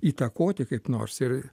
įtakoti kaip nors ir